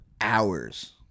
hours